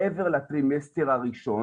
מעבר לטרימסטר הראשון